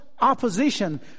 opposition